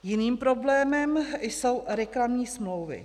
Jiným problémem jsou reklamní smlouvy.